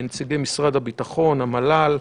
נציגי משרד הביטחון, המל"ל,